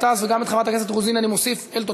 הכנסת רוזין תקול, אנשי המחשוב.